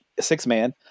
six-man